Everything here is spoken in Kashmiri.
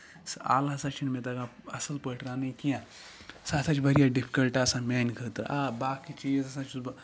سُہ اَلہٕ ہسا چھِنہٕ مےٚ تَگان اَصمل پٲٹھۍ رَنٕنۍ کیٚنہہ سُہ ہسا چھِ واریاہ ڈِفِکَلٹ آسان میانہِ خٲطرٕ آ باقٕے چیٖز ہسا چھُس بہٕ